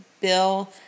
Bill